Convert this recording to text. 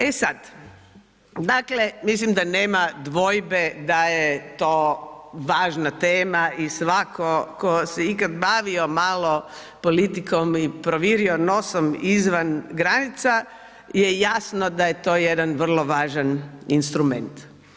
E sad, dakle mislim da nema dvojbe da je to važna tema i svako tko se ikad bavio malo politikom i provirio nosom izvan granica je jasno da je to jedan vrlo važan instrument.